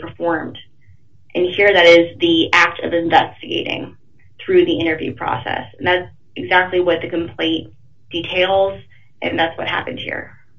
performed and here that is the act of investigating through the interview process exactly what the complete details and that's what happened here